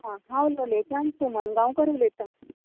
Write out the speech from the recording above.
हां हांव लोलयेंच्यान सुमन गांवकर उलयता